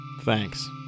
Thanks